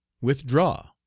Withdraw